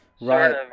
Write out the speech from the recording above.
Right